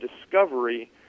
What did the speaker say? discovery